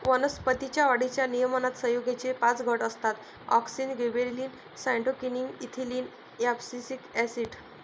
वनस्पतीं च्या वाढीच्या नियमनात संयुगेचे पाच गट असतातः auxin, gibberellin, cytokinin, ethylene, abscisic acid